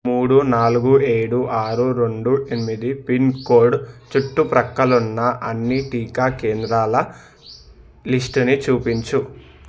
మూడు నాలుగు ఏడు ఆరు రెండు ఎనిమిది పిన్కోడ్ చుట్టుప్రక్కలున్న అన్ని టీకా కేంద్రాల లిస్టుని చూపించు